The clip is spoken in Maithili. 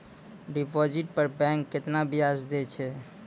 डिपॉजिट पर बैंक केतना ब्याज दै छै?